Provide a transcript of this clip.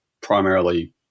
primarily